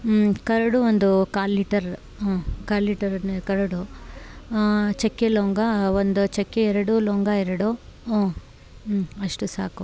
ಹ್ಞೂ ಕರಡು ಒಂದು ಕಾಲು ಲೀಟರ್ ಹ್ಞೂ ಕಾಲು ಲೀಟರನ್ನೇ ಕರಡು ಚಕ್ಕೆ ಲವಂಗ ಒಂದು ಚಕ್ಕೆ ಎರಡು ಲವಂಗ ಎರಡು ಅಷ್ಟು ಸಾಕು